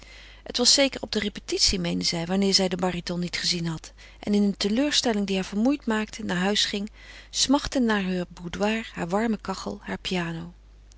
hij was zeker op de repetitie meende zij wanneer zij den baryton niet gezien had en in een teleurstelling die haar vermoeid maakte naar huis ging smachtende naar heur boudoir haar warme kachel haar piano